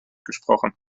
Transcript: gesprochen